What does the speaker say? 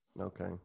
okay